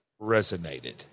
resonated